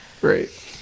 Great